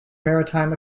maritime